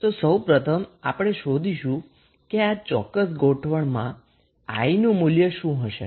તો સૌ પ્રથમ આપણે શોધીશું કે આ ચોક્કસ ગોઠવણમાં I નું મૂલ્ય શું હશે